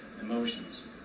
emotions